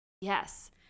Yes